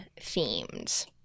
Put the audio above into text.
themed